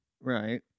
Right